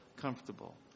Comfortable